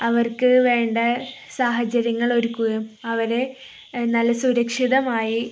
അവർക്കു വേണ്ട സാഹചര്യങ്ങളൊരുക്കുകയും അവരെ നല്ല സുരക്ഷിതമായി